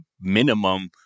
minimum